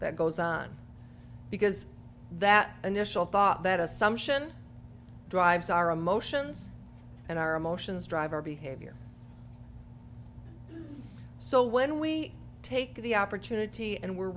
that goes on because that initial thought that assumption drives our emotions and our emotions drive our behavior so when we take the opportunity and we're